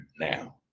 now